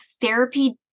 therapy